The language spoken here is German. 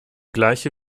gleiche